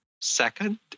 second